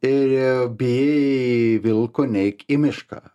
jei bijai vilko neik į mišką